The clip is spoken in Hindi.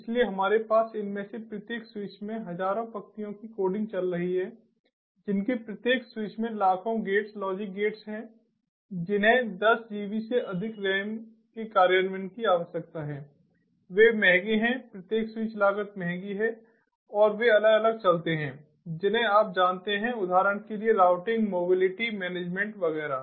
इसलिए हमारे पास इनमें से प्रत्येक स्विच में हज़ारों पंक्तियों की कोडिंग चल रही है जिनके प्रत्येक स्विच में लाखों गेट्स लॉजिक गेट हैं जिन्हें 10 जीबी से अधिक के रैम के कार्यान्वयन की आवश्यकता है वे महंगे हैं प्रत्येक स्विच लागत महंगी है और वे अलग अलग चलते हैं जिन्हें आप जानते हैं उदाहरण के लिए राउटिंग मोबिलिटी मैनेजमेंट वगैरह